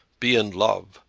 be in love,